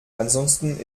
ansonsten